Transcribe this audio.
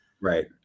Right